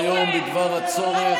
שנה וחצי הרסת משרד.